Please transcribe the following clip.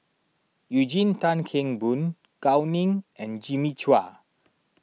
Eugene Tan Kheng Boon Gao Ning and Jimmy Chua